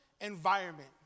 environment